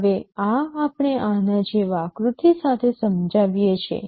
હવે આ આપણે આકૃતિ સાથે સમજાવીએ છીએ